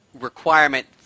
requirement